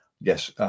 yes